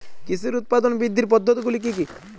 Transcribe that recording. কৃষির উৎপাদন বৃদ্ধির পদ্ধতিগুলি কী কী?